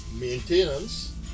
maintenance